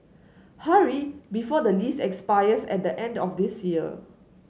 hurry before the lease expires at the end of this year